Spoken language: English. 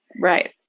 Right